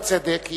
בצדק,